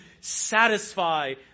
satisfy